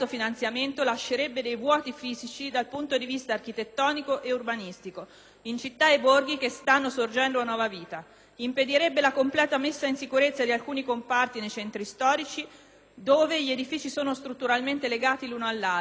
in città e borghi che stanno sorgendo a nuova vita ed impedirebbe la completa messa in sicurezza di alcuni comparti nei centri storici, dove gli edifici sono strutturalmente legati l'uno all'altro; infine, comprometterebbe quel turismo di ritorno che caratterizza i nostri borghi montani,